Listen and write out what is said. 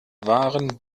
waren